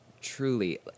truly